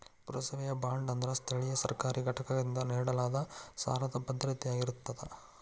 ಪುರಸಭೆಯ ಬಾಂಡ್ ಅಂದ್ರ ಸ್ಥಳೇಯ ಸರ್ಕಾರಿ ಘಟಕದಿಂದ ನೇಡಲಾದ ಸಾಲದ್ ಭದ್ರತೆಯಾಗಿರತ್ತ